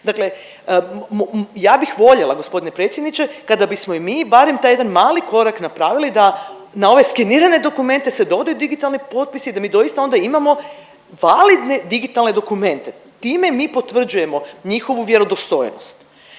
dakle ja bih voljela gospodine predsjedniče kada bismo i mi barem taj jedan mali korak napravili da na ove skenirane dokumente se doda i digitalni potpis i da mi doista ona imamo validne digitalne dokumente. Time mi potvrđujemo njihovu vjerodostojnost.